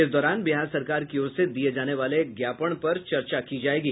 इस दौरान बिहार सरकार की ओर से दिये जाने वाले ज्ञापन पर चर्चा की जायेगी